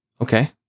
Okay